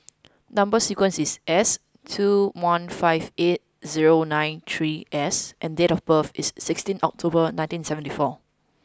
number sequence is S two one five eight zero nine three S and date of birth is sixteen October nineteen seventy four